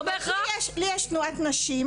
אבל לי יש תנועת נשים,